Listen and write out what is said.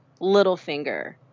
Littlefinger